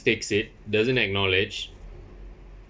takes it doesn't acknowledge